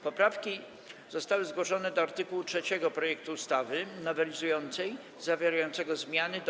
Poprawki zostały zgłoszone do art. 3 projektu ustawy nowelizującej zawierającego zmiany do